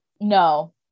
No